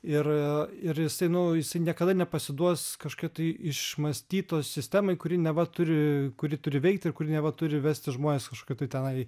ir ir jisai nu jisai niekada nepasiduos kažkokio tai išmąstytos sistemai kuri neva turi kuri turi veikt ir kuri neva turi vesti žmones kažkokiu tai tenai